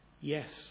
Yes